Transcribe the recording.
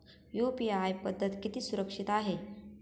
UPI पद्धत किती सुरक्षित आहे?